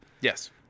Yes